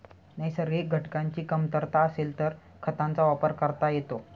नैसर्गिक घटकांची कमतरता असेल तर खतांचा वापर करता येतो